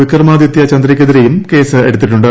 വിക്രമാദിത്യ ചന്ദ്രക്കെതിരെയും കേസ് എടുത്തിട്ടുണ്ട്